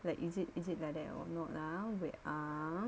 like is it is it like that or not ah wait ah